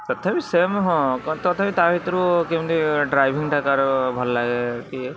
ତଥାପି ସେମ୍ ହଁ ତଥାପି ତା' ଭିତରୁ କେମିତି ଡ୍ରାଇଭିଂଟା କା'ର ଭଲ ଲାଗେ କି